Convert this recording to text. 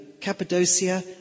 Cappadocia